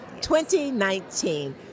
2019